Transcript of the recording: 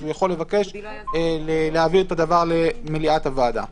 הוא יכול לבקש להעביר את הדבר למליאת הוועדה.